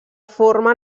forma